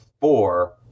four